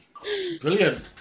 brilliant